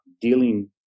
dealing